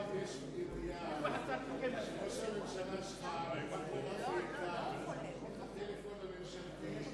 עכשיו יש ידיעה שראש הממשלה שלך לקח לרפי איתן את הטלפון הממשלתי,